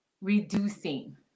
reducing